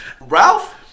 Ralph